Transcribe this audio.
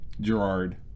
Gerard